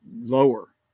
lower